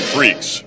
Freaks